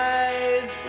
eyes